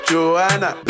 Joanna